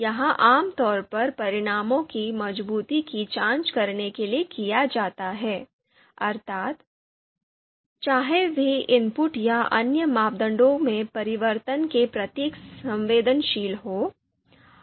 यह आमतौर पर परिणामों की मजबूती की जांच करने के लिए किया जाता है अर्थात् चाहे वे इनपुट या अन्य मापदंडों में परिवर्तन के प्रति संवेदनशील हों